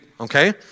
okay